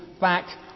back